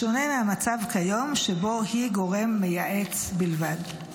בשונה מהמצב כיום, שבו היא גורם מייעץ בלבד.